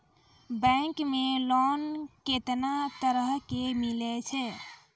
Bank मे loan कैतना तरह के मिलै छै?